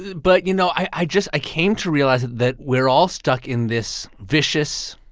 but, you know, i just i came to realize that we're all stuck in this vicious,